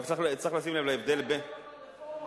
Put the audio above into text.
רק צריך לשים לב להבדל בין,